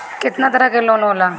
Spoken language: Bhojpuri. केतना तरह के लोन होला?